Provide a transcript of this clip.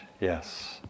yes